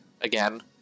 Again